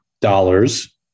dollars